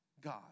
God